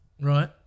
Right